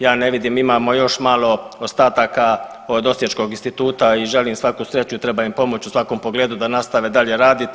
Ja ne vidim, imamo još malo ostataka od osječkog Instituta i želim svaku sreću, treba im pomoći u svakom pogledu da nastave dalje raditi.